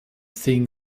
thing